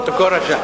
רשם.